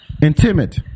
Intimate